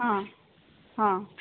ହଁ ହଁ